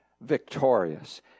victorious